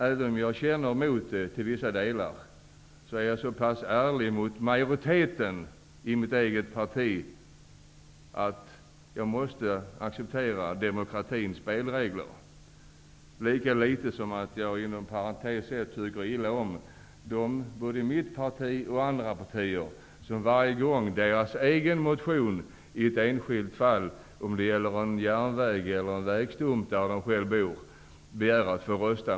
Även om jag inte i alla delar kan ställa mig bakom betänkandet är jag så pass ärlig mot majoriteten i mitt eget parti att jag accepterar demokratins spelregler. Inom parentes sagt tycker jag också illa om dem, både i mitt parti och i andra partier, som alltid begär att få rösta med motståndarna på sina egna motioner i enskilda fall -- det kan gälla en järnväg eller en vägstump där de själva bor.